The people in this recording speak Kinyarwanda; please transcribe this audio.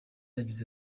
yagize